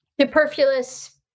superfluous